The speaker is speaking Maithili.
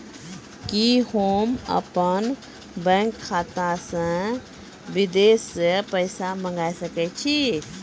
कि होम अपन बैंक खाता मे विदेश से पैसा मंगाय सकै छी?